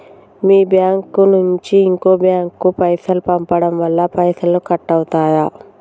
మీ bank నుంచి ఇంకో bank కు పైసలు పంపడం వల్ల పైసలు కట్ అవుతయా?